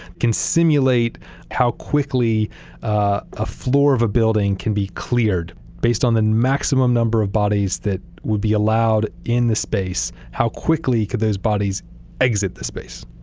can simulate how quickly ah a floor of a building can be cleared based on the maximum number of bodies that would be allowed in the space, how quickly could those bodies exit the space.